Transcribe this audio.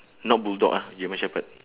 not bulldog ah german shepherd